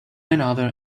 another